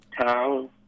town